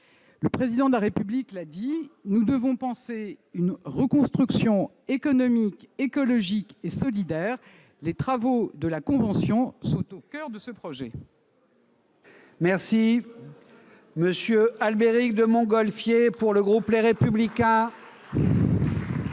le Président de la République, nous devons penser une reconstruction économique, écologique et solidaire. Les travaux de la Convention sont au coeur de ce projet. La parole est à M. Albéric de Montgolfier, pour le groupe Les Républicains.